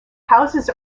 houses